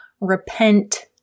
repent